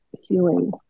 healing